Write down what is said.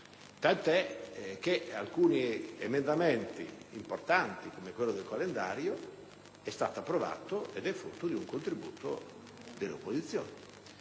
Tant'è che alcuni emendamenti importanti, come quello del calendario, sono stati approvati e sono frutto di un contributo dell'opposizione.